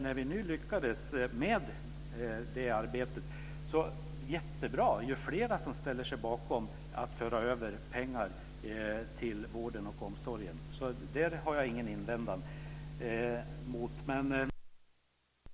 När vi nu lyckats med det arbetet är det jättebra ju fler som ställer sig bakom att föra över pengar till vården och omsorgen. Där har jag ingen invändning, däremot var den historiebeskrivning direkt felaktig som Lena Olsson gav.